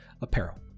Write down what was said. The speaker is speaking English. Apparel